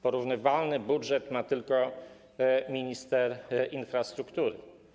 Porównywalny budżet ma tylko minister infrastruktury.